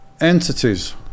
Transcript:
entities